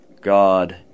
God